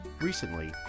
Recently